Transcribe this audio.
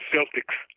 Celtics